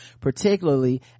particularly